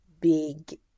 big